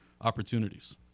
opportunities